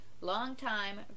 long-time